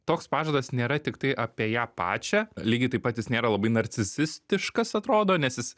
toks pažadas nėra tiktai apie ją pačią lygiai taip pat jis nėra labai narcisistiškas atrodo nes jis